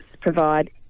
provide